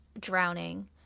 drowning